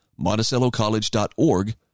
MonticelloCollege.org